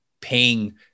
paying